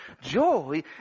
Joy